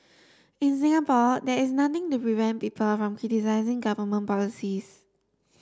in Singapore there is nothing to prevent people from criticising government policies